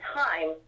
time